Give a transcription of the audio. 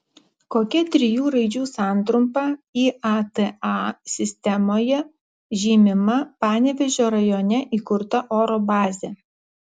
kokia trijų raidžių santrumpa iata sistemoje žymima panevėžio rajone įkurta oro bazė